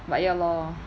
but ya lor